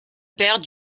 père